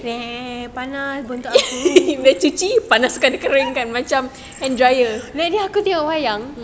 panas pantat aku then then aku tengok wayang